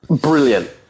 Brilliant